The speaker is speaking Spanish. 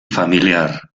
familiar